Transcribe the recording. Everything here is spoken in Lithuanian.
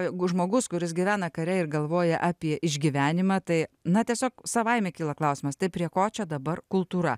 jeigu žmogus kuris gyvena kare ir galvoja apie išgyvenimą tai na tiesiog savaime kyla klausimas tai prie ko čia dabar kultūra